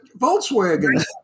Volkswagen